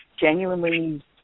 genuinely